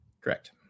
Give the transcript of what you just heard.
Correct